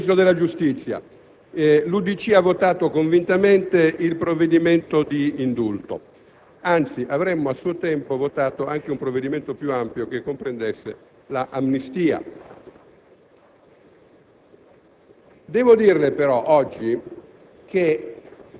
Signor Presidente, onorevoli colleghi, signor Ministro della giustizia, l'UDC ha votato convintamente il provvedimento di indulto, anzi, avremmo, a suo tempo, votato anche un provvedimento più ampio che comprendesse l'amnistia.